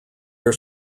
are